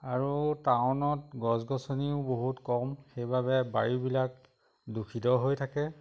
আৰু টাউনত গছ গছনিও বহুত কম সেইবাবে বাৰীবিলাক দূষিত হৈ থাকে